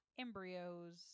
embryos